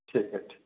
ठीक है ठीक है